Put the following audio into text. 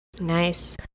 Nice